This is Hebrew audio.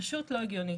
פשוט לא הגיוני.